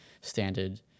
standard